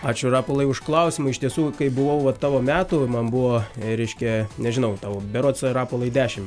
ačiū rapolai už klausimą iš tiesų kai buvau va tavo metų man buvo reiškia nežinau tau berods rapolai dešim me